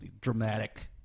dramatic